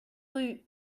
rue